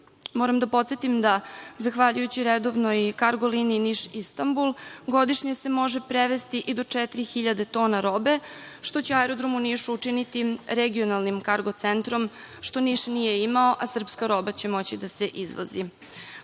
Moram da podsetim da zahvaljujući redovnoj kargo liniji Niš – Istambul godišnje se može prevesti i do četiri hiljade tona robe, što će aerodrom u Nišu učiniti regionalnim kargo centrom, što Niš nije imao, a srpska roba će moći da se izvozi.